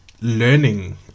learning